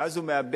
ואז הוא מאבד.